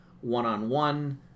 one-on-one